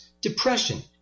depression